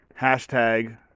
hashtag